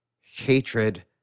hatred